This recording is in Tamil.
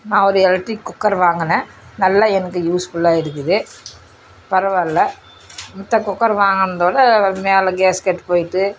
நான் ஒரு எலக்ட்ரிக் குக்கர் வாங்கினேன் நல்ல எனக்கு யூஸ்ஃபுல்லாக இருக்குது பரவாயில்ல மத்த குக்கர் வாங்கினதோட மேலே கேஸ்கட் போய்விட்டு